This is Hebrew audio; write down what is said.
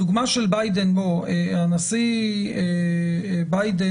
הנשיא ביידן,